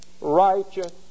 Righteous